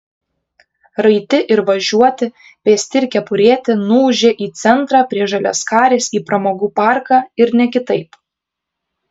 raiti ir važiuoti pėsti ir kepurėti nuūžė į centrą prie žaliaskarės į pramogų parką ir ne kitaip